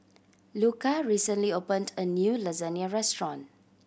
Luka recently opened a new Lasagne Restaurant